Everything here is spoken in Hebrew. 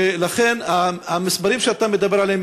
ולכן המספרים שאתה מדבר עליהם,